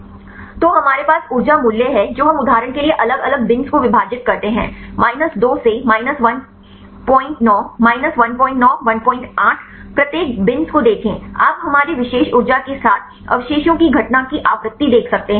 तो हमारे पास ऊर्जा मूल्य हैं जो हम उदाहरण के लिए अलग अलग बिन्स को विभाजित करते हैं माइनस 2 से माइनस 19 माइनस 19 18 प्रत्येक डिब्बे को देखें आप हमारे विशेष ऊर्जा के साथ अवशेषों की घटना की आवृत्ति देख सकते हैं